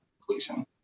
completion